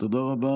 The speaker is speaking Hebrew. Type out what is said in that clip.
הכול כשר,